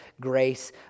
grace